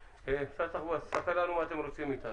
משרד התחבורה, תספר לנו מה אתם רוצים מאיתנו.